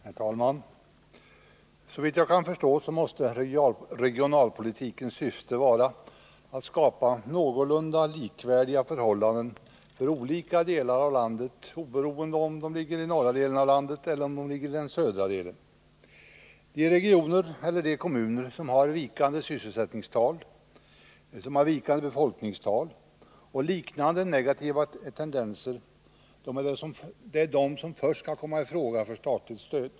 Herr talman! Såvitt jag kan förstå måste regionalpolitikens syfte vara att skapa någorlunda likvärdiga förhållanden för olika delar av landet, oberoende av om de ligger i den norra eller den södra delen av landet. De regioner eller kommuner som har vikande befolkningstal, låg sysselsättning och liknande negativa tendenser är de som först skall komma ifråga för statligt stöd.